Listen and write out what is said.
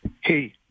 hey